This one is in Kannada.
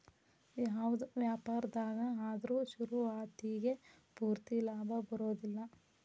ಯಾವ್ದ ವ್ಯಾಪಾರ್ದಾಗ ಆದ್ರು ಶುರುವಾತಿಗೆ ಪೂರ್ತಿ ಲಾಭಾ ಬರೊದಿಲ್ಲಾ